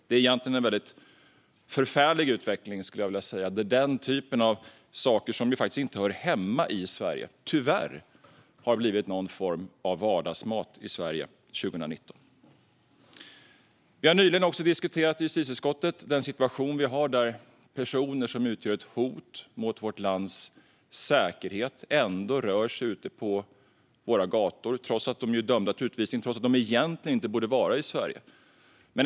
Det är en förfärlig utveckling, skulle jag vilja säga. Denna typ av saker, som faktiskt inte hör hemma i Sverige, har tyvärr blivit någon form av vardagsmat i Sverige 2019. Justitieutskottet har nyligen diskuterat den situation vi har när det gäller personer som utgör ett hot mot vårt lands säkerhet och rör sig ute på våra gator trots att de är dömda till utvisning och egentligen inte borde vara i Sverige.